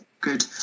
good